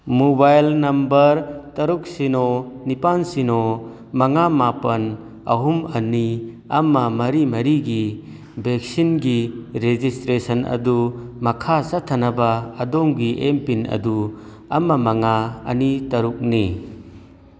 mobile number ꯇꯔꯨꯛ ꯁꯤꯅꯣ ꯅꯤꯄꯥꯟ ꯁꯤꯅꯣ ꯃꯉꯥ ꯃꯥꯄꯟ ꯑꯍꯨꯝ ꯑꯅꯤ ꯑꯃ ꯃꯔꯤ ꯃꯔꯤꯒꯤ ꯚꯦꯛꯁꯤꯟꯒꯤ ꯔꯦꯖꯤꯁꯇ꯭ꯔꯦꯁꯟ ꯑꯗꯨ ꯃꯈꯥ ꯆꯠꯊꯅꯕ ꯑꯗꯣꯝꯒꯤ ꯑꯦꯝ ꯄꯤꯟ ꯑꯗꯨ ꯑꯃ ꯃꯉꯥ ꯑꯅꯤ ꯇꯔꯨꯛꯅꯤ